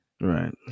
Right